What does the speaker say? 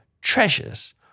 treasures